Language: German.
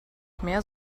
mehr